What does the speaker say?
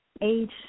age